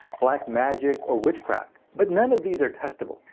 black magic or witchcraft. but none of these are testable.